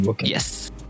Yes